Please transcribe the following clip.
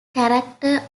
character